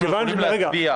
אנחנו יכולים להצביע